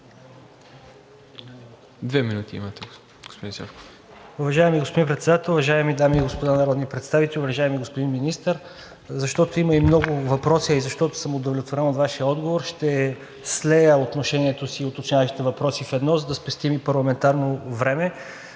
(БСП за България): Уважаеми господин Председател, уважаеми дами и господа народни представители, уважаеми господин Министър! Защото има и много въпроси, а и защото съм удовлетворен от Вашия отговор, ще слея отношението си и уточняващите въпроси в едно, за да спестим и парламентарно време.